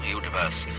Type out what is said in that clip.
universe